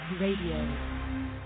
Radio